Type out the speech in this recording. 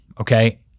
Okay